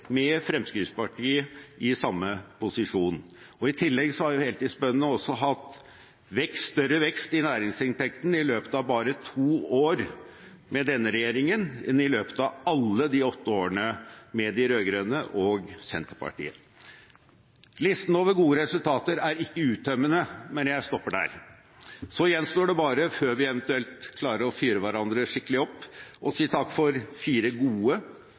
med Fremskrittspartiet i samme posisjon. I tillegg har heltidsbøndene også hatt større vekst i næringsinntekten i løpet av bare to år med denne regjeringen enn i løpet av alle de åtte årene med de rød-grønne og Senterpartiet. Listen over gode resultater er ikke uttømmende, men jeg stopper der. Så gjenstår det bare – før vi eventuelt klarer å fyre hverandre skikkelig opp – å si takk for fire gode